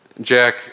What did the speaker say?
Jack